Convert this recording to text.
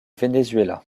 venezuela